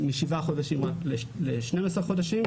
כלומר, משבעה חודשים ל-12 חודשים,